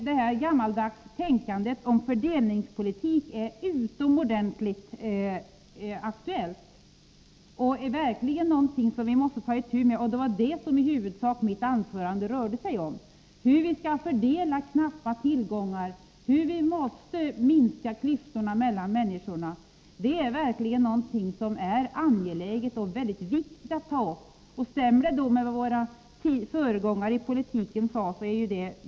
Det gammaldags tänkandet om fördelningspolitik är också utomordentligt aktuellt och något som vi verkligen måste ta itu med, och mitt anförande rörde sig i huvudsak om det: Hur vi skall fördela knappa tillgångar, hur vi | måste minska klyftorna mellan människorna. Det är verkligt angeläget och | viktigt att ta upp detta — desto bättre om det stämmer med vad våra föregångare i politiken sade.